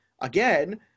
again